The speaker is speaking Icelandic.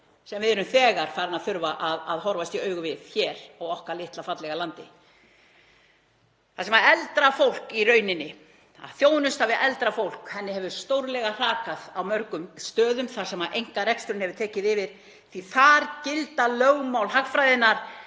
sem við erum þegar farin að þurfa að horfast í augu við hér á okkar litla fallega landi þar sem þjónustu við eldra fólk hefur stórlega hrakað á mörgum stöðum þar sem einkareksturinn hefur tekið yfir því að þar gilda lögmál hagfræðinnar,